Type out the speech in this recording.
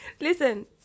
Listen